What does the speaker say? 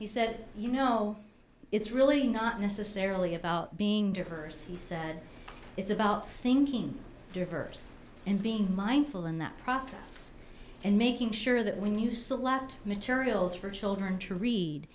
he said you know it's really not necessarily about being diverse he said it's about thinking diverse and being mindful in that process and making sure that when you select materials for children to read